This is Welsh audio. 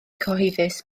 cyhoeddus